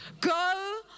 go